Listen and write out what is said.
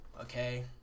okay